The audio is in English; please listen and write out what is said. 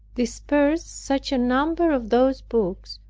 dispersed such a number of those books,